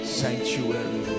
sanctuary